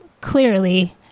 clearly